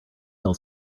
fell